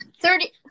Thirty